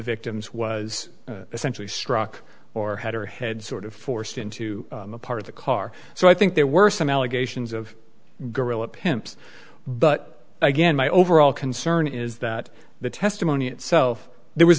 victims was essentially struck or had her head sort of forced into a part of the car so i think there were some allegations of guerrilla pimps but again my overall concern is that the testimony itself there was